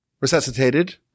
resuscitated